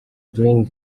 doing